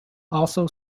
also